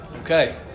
Okay